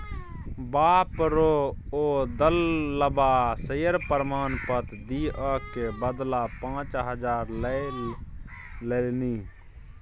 बाप रौ ओ दललबा शेयर प्रमाण पत्र दिअ क बदला पाच हजार लए लेलनि